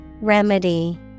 Remedy